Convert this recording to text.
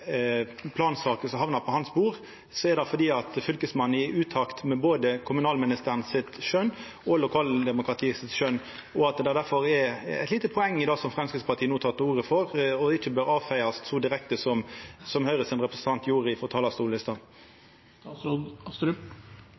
er fordi Fylkesmannen er i utakt med skjønet til både kommunalministeren og lokaldemokratiet, at det difor er eit lite poeng i det Framstegspartiet no tek til orde for, og at det ikkje bør avfeiast så direkte som